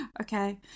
Okay